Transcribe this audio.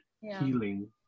healing